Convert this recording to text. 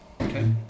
Okay